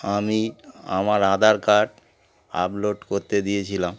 আমি আমার Aadhaar card upload করতে দিয়েছিলাম